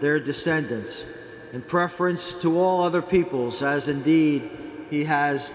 their descendants in preference to all other peoples as indeed he has